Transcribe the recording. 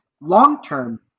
long-term